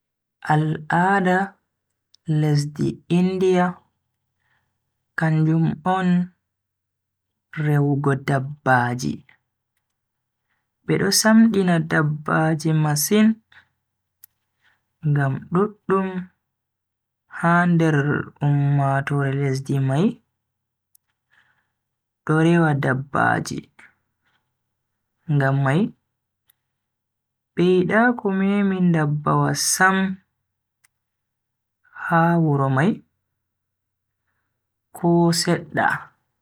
Al'aada lesdi india kanjum on rewugo dabbaji. Be do samdina dabbaji masin ngam duddum ha nder ummatoore lesdi mai do rewa dabbaji ngam mai be yida ko memi ndabbawa sam ha wuro mai ko sedda.